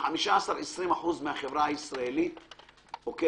קשה לי להאמין ש-15%-20% מהחברה הישראלית לא משלמים.